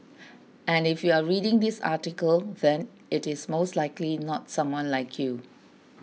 and if you are reading this article then it is most likely not someone like you